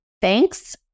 thanks